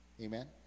Amen